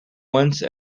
once